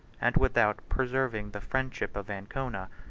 and without preserving the friendship of ancona,